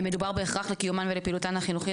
מדובר בהכרח לקיומן ולפעילותן החינוכי,